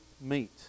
meet